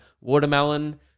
watermelon